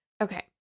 Okay